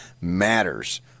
matters